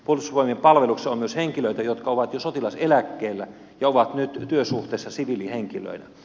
puolustusvoimien palveluksessa on myös henkilöitä jotka ovat jo sotilaseläkkeellä ja ovat nyt työsuhteessa siviilihenkilöinä